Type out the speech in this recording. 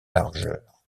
largeur